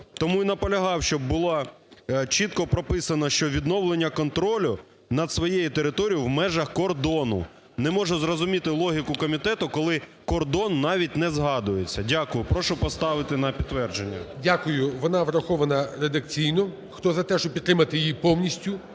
Тому і наполягав, щоб було чітко прописано, що "відновлення контролю над своєю територією в межах кордону". Не можу зрозуміти логіку комітету, коли кордон навіть не згадується. Дякую. Прошу поставити на підтвердження. ГОЛОВУЮЧИЙ. Дякую. Вона врахована редакційно. Хто за те, щоб підтримати її повністю